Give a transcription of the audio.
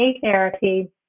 therapy